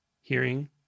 Hearing